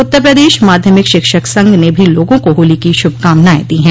उत्तर प्रदेश माध्यमिक शिक्षक संघ ने भी लोगों को होली की शुभकामनाएं दी है